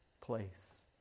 place